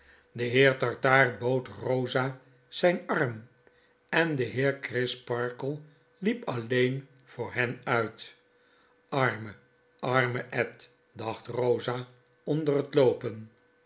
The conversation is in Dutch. de heer tartaar bood rosa zijn arm en de heer crisparkle liep alleen voor hen uit arme arme ed dacht rosa onder het loopen